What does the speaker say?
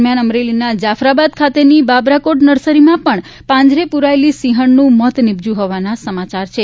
દરમ્યાન અમરેલીના જાફરાબાદ ખાતેની બાબરકોટ નર્સરીમાં પણ પાંજરે પુરાયેલી સિંહજ઼નું મોત નિપજ્યું હોવાના સમાચાર છે